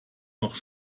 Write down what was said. noch